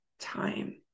time